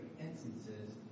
instances